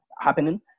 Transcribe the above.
happening